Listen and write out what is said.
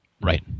Right